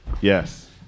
Yes